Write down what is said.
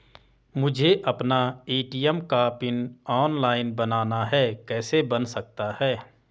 मुझे अपना ए.टी.एम का पिन ऑनलाइन बनाना है कैसे बन सकता है?